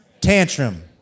tantrum